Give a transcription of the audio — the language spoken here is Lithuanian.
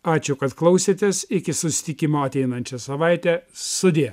ačiū kad klausėtės iki susitikimo ateinančią savaitę sudie